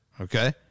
Okay